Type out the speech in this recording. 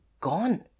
Gone